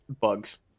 Bugs